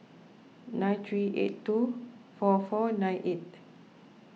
nine three eight two four four nine eight